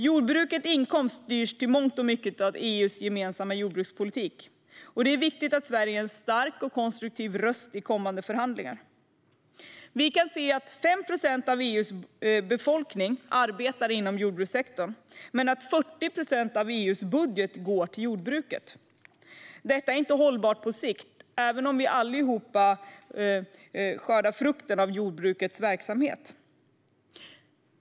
Jordbrukets inkomst styrs i mångt och mycket av EU:s gemensamma jordbrukspolitik, och det är viktigt att Sverige är en stark och konstruktiv röst i kommande förhandlingar. Vi kan se att 5 procent av EU:s befolkning arbetar inom jordbrukssektorn men att 40 procent av EU:s budget går till jordbruket. Detta är inte hållbart på sikt, även om vi skördar frukterna av jordbrukets verksamhet.